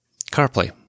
CarPlay